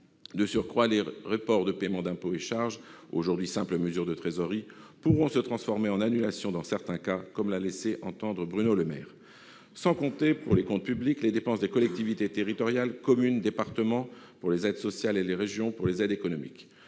De surcroît, les reports de paiement d'impôts et charges, qui sont aujourd'hui de simples mesures de trésorerie, pourront se transformer en annulations dans certains cas, comme l'a laissé entendre Bruno Le Maire. Tout cela s'entend sans compter, pour les comptes publics, les dépenses des collectivités territoriales : les communes et les départements pour les aides sociales, ainsi que les régions pour les aides économiques.